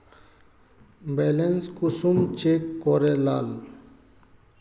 Balance कुंसम check करे लाल?